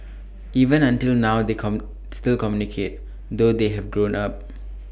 even until now they still communicate though they have grown up